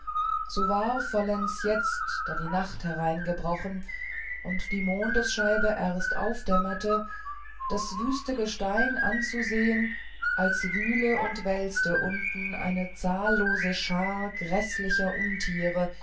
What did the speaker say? so war vollends jetzt da die nacht eingebrochen und die mondesscheibe erst aufdämmerte das wüste gestein anzusehen als wühle und wälze unten eine zahllose schar gräßlicher untiere